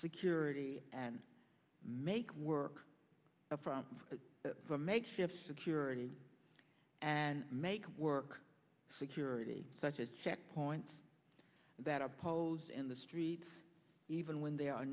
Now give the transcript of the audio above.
security and make work from a makeshift security and make work security such as checkpoints that oppose in the streets even when there are